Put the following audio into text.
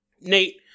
Nate